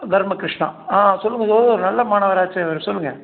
தருமகிருஷ்ணா ஆ சொல்லுங்கள் சார் நல்ல மாணவராச்சே இவர் சொல்லுங்கள்